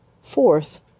Fourth